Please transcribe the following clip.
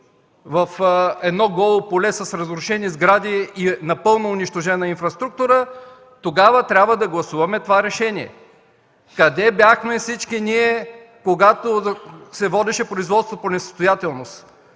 в голо поле с разрушени сгради и напълно унищожена инфраструктура, тогава трябва да гласуваме това решение. Къде бяхме всички ние, когато се водеше производство по несъстоятелност?